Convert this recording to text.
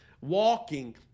walking